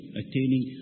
attaining